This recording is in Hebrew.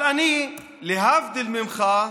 אבל אני, להבדיל ממך,